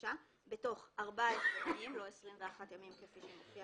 הבקשה בתוך 14 ימים לא 21 ימים כפי שמופיע